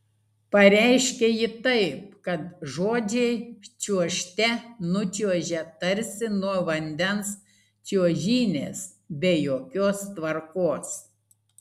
pareiškia ji taip kad žodžiai čiuožte nučiuožia tarsi nuo vandens čiuožynės be jokios tvarkos